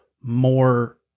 more